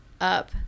up